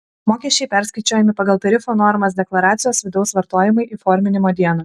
mokesčiai perskaičiuojami pagal tarifų normas deklaracijos vidaus vartojimui įforminimo dieną